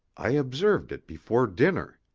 i observed it before dinner.